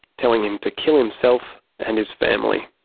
telling him to kill himself and his family.